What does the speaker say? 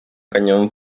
cañón